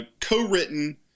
Co-written